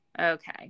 Okay